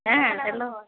হ্যাঁ হ্যালো